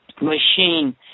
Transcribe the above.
machine